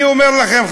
אני אומר לכם,